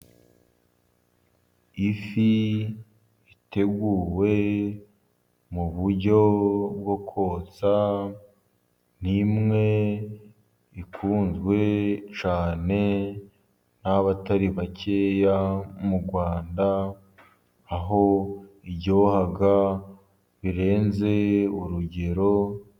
Ifi iteguwe mu buryo bwo kotsa, ni imwe ikunzwe cyane n'abatari bakeya mu Rwanda, aho iryoha birenze urugero.